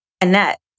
Annette